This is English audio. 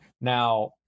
Now